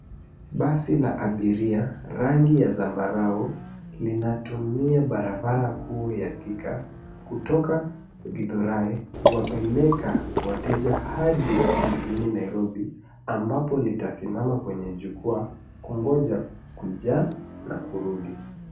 Basi la abiria, rangi ya zambarau linatumia barabara kuu ya Thika kutoka Githurai kuwapeleka wateja hadi mjini Nairobi ambapo litasimama kwenye jukwaa kungoja kujaa na kurudi.